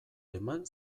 eman